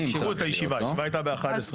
דחו את הישיבה, הישיבה הייתה ב-11:00.